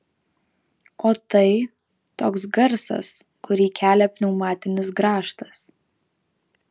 o tai toks garsas kurį kelia pneumatinis grąžtas